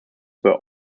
were